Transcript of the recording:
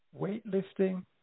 weightlifting